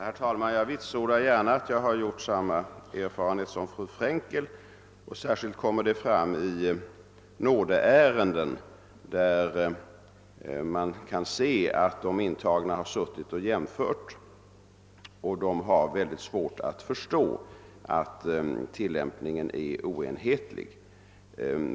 Herr talman! Jag vill vitsorda att jag har gjort samma erfarenhet som fru Frenkel. Detta gäller särskilt beträffande nådeärenden, där det förekommer att intagna jämför olika utslag och har stora svårigheter att förstå den oenhetliga tillämpningen.